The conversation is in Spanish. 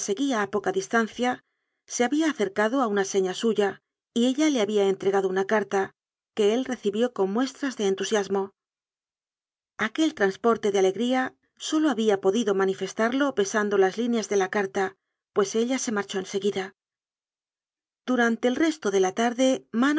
a poca distancia se había acercado a una seña suya y ella le había entregado una carta que él recibió con muestras de entusiasmo aquel transporte de alegría sólo había podido manifestarlo besando las líneas de la carta pues ella se marchó en seguida durante el resto de la tarde